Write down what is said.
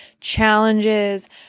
challenges